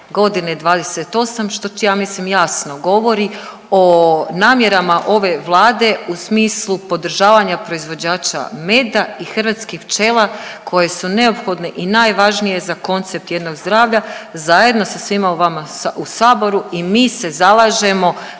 godine 28 što će ja mislim jasno govori o namjerama ove vlade u smislu podržavanja proizvođača meda i hrvatskih pčela koje su neophodne i najvažnije za koncept jednog zdravlja zajedno sa svima vama u saboru i mi se zalažemo